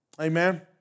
Amen